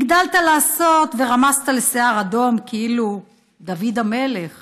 הגדלת לעשות ורמזת לשיער אדום, כאילו דוד המלך